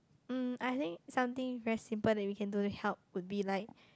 mm I think something very simple that we can do to help would be like